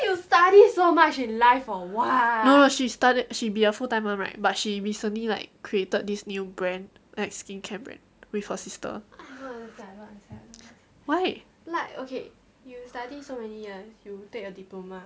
no no she started she'd be a full time mum right but she recently like created this new brand like skin care brand with her sister why